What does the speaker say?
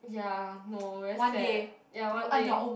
ya no very sad ya one day